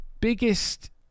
biggest